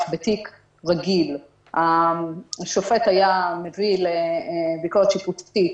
בתיק רגיל השופט היה מביא ביקורת שיפוטית